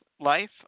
life